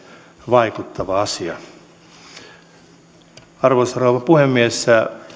vaikuttava asia arvoisa rouva puhemies